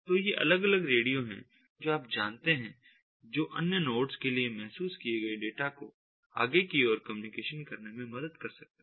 तो ये अलग अलग रेडियो हैं जो आप जानते हैं जो अन्य नोड्स के लिए महसूस किए गए डेटा को आगे की ओर कम्युनिकेशन करने में मदद कर सकते हैं